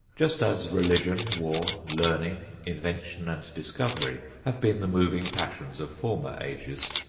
just as religion, war, learning, invention and discovery have been the moving passions of former ages,